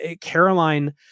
Caroline